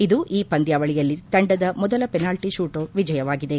ಇದು ಈ ಪಂದ್ಲಾವಳಿಯಲ್ಲಿ ತಂಡದ ಮೊದಲ ಪೆನಾಲ್ಲಿ ತೂಟ್ ವಿಜಯವಾಗಿದೆ